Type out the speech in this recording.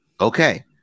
Okay